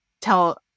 tell